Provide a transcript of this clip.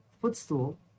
Footstool